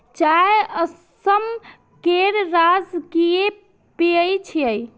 चाय असम केर राजकीय पेय छियै